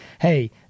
Hey